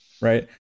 Right